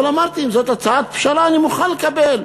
אבל אמרתי: אם זאת הצעת פשרה, אני מוכן לקבל.